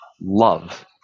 love